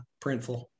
Printful